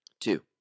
Two